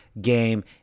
game